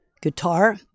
Guitar